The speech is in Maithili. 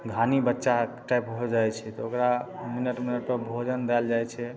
घानी बच्चा टाइप हो जाइ छै तऽ ओकरा मिनट मिनटपर भोजन देलल जाइ छै